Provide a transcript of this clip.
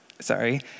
sorry